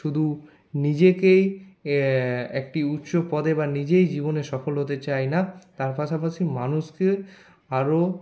শুধু নিজেকেই একটি উচ্চ পদে বা নিজেই জীবনে সফল হতে চাই না তার পাশাপাশি মানুষকে আরও